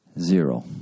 Zero